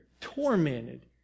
tormented